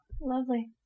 Lovely